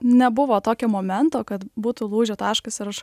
nebuvo tokio momento kad būtų lūžio taškas ir aš